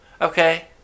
Okay